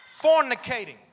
Fornicating